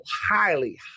highly